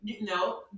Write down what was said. No